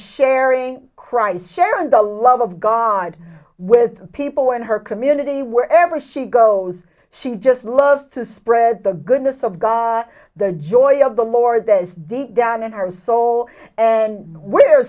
sharing christ sharing the love of god with people in her community wherever she goes she just loves to spread the goodness of god the joy of the lord that is deep down in her soul and we're